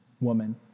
woman